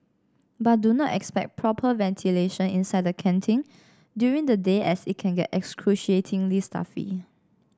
but do not expect proper ventilation inside the canteen during the day as it can get excruciatingly stuffy